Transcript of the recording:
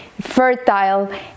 fertile